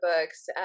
books